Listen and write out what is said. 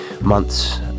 months